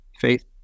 Faith